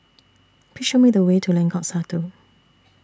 Please Show Me The Way to Lengkong Satu